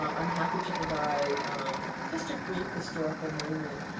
um i'm happy to provide just a brief historical moment.